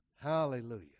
Hallelujah